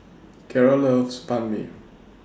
Keara loves Banh MI